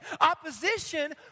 Opposition